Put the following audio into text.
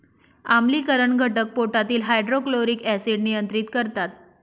आम्लीकरण घटक पोटातील हायड्रोक्लोरिक ऍसिड नियंत्रित करतात